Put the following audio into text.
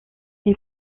une